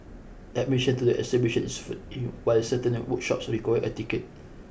admission to the exhibition is free while certain workshops require a ticket